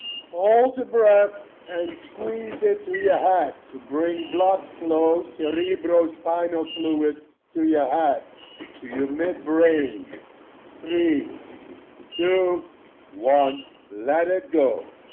hold the breath and squeeze it to your head to bring blood flow cerebrospinal fluid to your head to your midbrain three two one let it go.